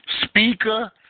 Speaker